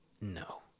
no